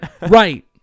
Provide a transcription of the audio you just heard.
Right